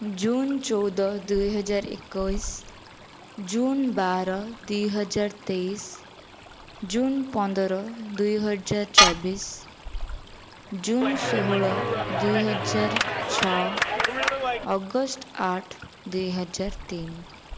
ଜୁନ ଚଉଦ ଦୁଇହଜାର ଏକୋଇଶି ଜୁନ ବାର ଦୁଇହଜାର ତେଇଶି ଜୁନ ପନ୍ଦର ଦୁଇହଜାର ଚବିଶ ଜୁନ ଷୋହଳ ଦୁଇହଜାର ଛଅ ଅଗଷ୍ଟ ଆଠ ଦୁଇହଜାର ତିନ